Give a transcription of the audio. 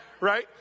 right